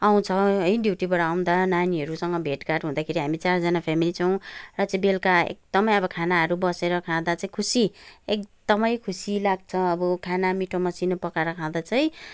आउँछ है ड्युटीबाट आउँदा नानीहरूसँग भेटघाट हुँदाखेरि हामी चारजना फेमिली छौँ र चाहिँ बेलुका एकदमै अब खानाहरू बसेर खाँदा चाहिँ खुसी एकदमै खुसी लाग्छ अब खाना मिठो मसिनो पकाएर खाँदा चाहिँ